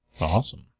Awesome